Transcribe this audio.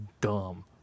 dumb